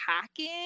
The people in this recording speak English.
packing